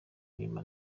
inyuma